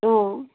অঁ